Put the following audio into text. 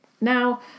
Now